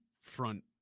front